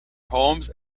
homes